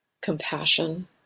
compassion